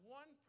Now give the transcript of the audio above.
one